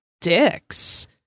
dicks